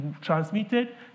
transmitted